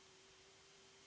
Hvala.